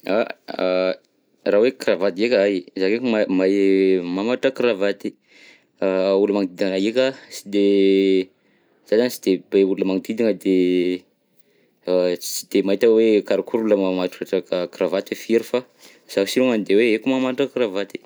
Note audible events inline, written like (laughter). (hesitation) Raha hoe kravaty ndreka hay, za ndreky maha- mahay mamatotra kravaty, a olo magnodidina anahy ndreka sy de za zany tsy de be olo magnodidina de (hesitation) a tsy de mahita hoe karakory olo mahay mamatotra ka- kravaty hoe firy fa zaho si longany de hoe haiko mamatotra kravaty.